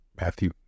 Matthew